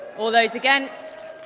all those against?